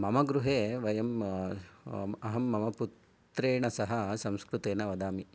मम गृहे वयं अहं मम पुत्रेण सह संस्कृतेण वदामि